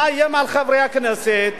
מאיים על חברי הכנסת,